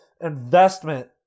investment